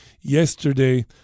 Yesterday